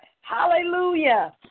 Hallelujah